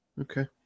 Okay